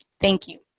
thank you.